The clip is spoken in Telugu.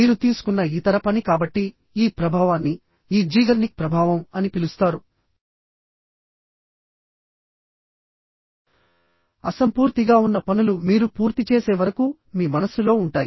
మీరు తీసుకున్న ఇతర పని కాబట్టి ఈ ప్రభావాన్ని ఈ జీగర్నిక్ ప్రభావం అని పిలుస్తారు అసంపూర్తిగా ఉన్న పనులు మీరు పూర్తి చేసే వరకు మీ మనస్సులో ఉంటాయి